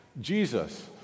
Jesus